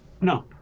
No